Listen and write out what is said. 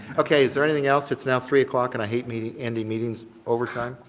okay, is there anything else? it's now three o'clock and i hate meeting end the meetings overtime.